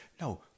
No